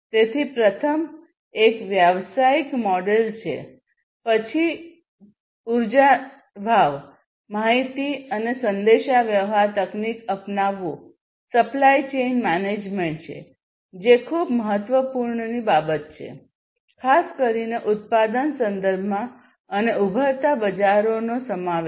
તેથી પ્રથમ એક વ્યવસાયિક મોડેલ્સ છે પછીનું છે ઉર્જા ભાવ માહિતી અને સંદેશાવ્યવહાર તકનીક અપનાવવું સપ્લાય ચેઇન મેનેજમેન્ટ છે જે ખૂબ મહત્વની બાબત છે ખાસ કરીને ઉત્પાદન સંદર્ભમાં અને ઉભરતા બજારોનો સમાવેશ